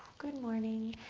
good morning.